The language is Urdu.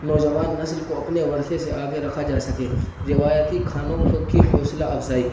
نوجوان نسل کو اپنے ورثہ سے آگاہ رکھا جا سکے روایتی کھانوں کی حوصلہ افزائی